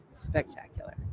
spectacular